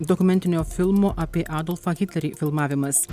dokumentinio filmo apie adolfą hitlerį filmavimas